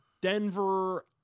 Denver